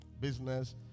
business